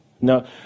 No